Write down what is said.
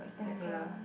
regular